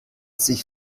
sich